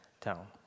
town